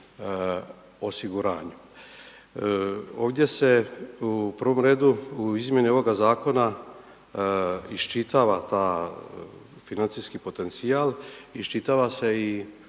osiguranju. Ovdje se u prvom redu u izmjeni ovoga zakona iščitava ta financijski potencijal, iščitava se i